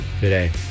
today